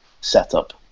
setup